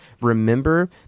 Remember